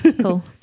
cool